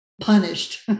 punished